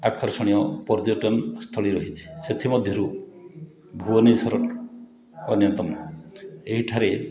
ଆକର୍ଷଣୀୟ ପର୍ଯ୍ୟଟନସ୍ଥଳୀ ରହିଛି ସେଥିମଧ୍ୟରୁ ଭୁବନେଶ୍ୱର ଅନ୍ୟତମ ଏଇଠାରେ